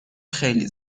خیلی